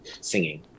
singing